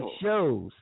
shows